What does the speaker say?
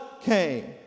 came